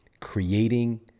creating